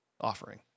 offering